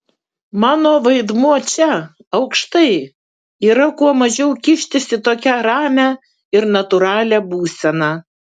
mano vaidmuo čia aukštai yra kuo mažiau kištis į tokią ramią ir natūralią būseną